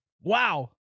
Wow